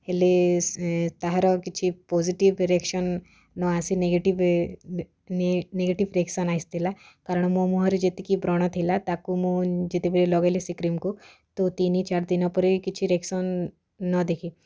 ହେଲେ ସେ ତାହାର କିଛି ପଜିଟିଭ୍ ରିଆକସନ୍ ନ ଆସି ନେଗେଟିଭ୍ ନେଗେଟିଭ୍ ରିଆକସନ୍ ଆସିଥିଲା କାରଣ ମୋ ମୁହଁରେ ଯେତିକି ବ୍ରଣ ଥିଲା ତାକୁ ମୁଁ ଯେତେବେଳେ ଲଗେଇଲି ସେ କ୍ରିମ୍କୁ ତ ତିନି ଚାରି ଦିନ ପରେ କିଛି ରିଅକସନ୍ ନ ଦେଖି